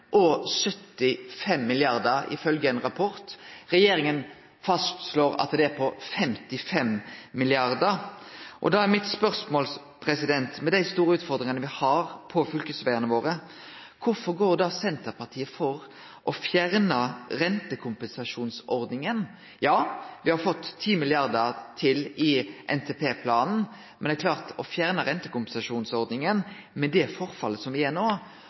og 75 mrd. kr, ifølgje ein rapport. Regjeringa fastslår at det er på 55 mrd. kr. Da er spørsmålet mitt, med dei store utfordringane me har på fylkesvegane våre: Kvifor går da Senterpartiet for å fjerne rentekompensasjonsordninga? Ja, me har fått 10 mrd. kr til i NTP, men ein har klart å fjerne rentekompensasjonsordninga med det forfallet som me har no. Er